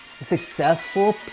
Successful